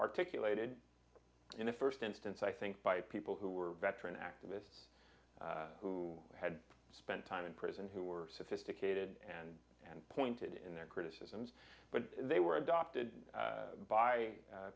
articulated in the first instance i think by people who were veteran activists who had spent time in prison who were sophisticated and and pointed in their criticisms but they were adopted